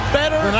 better